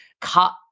cut